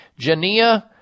Jania